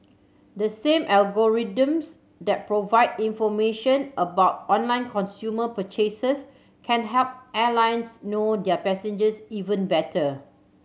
the same algorithms that provide information about online consumer purchases can help airlines know their passengers even better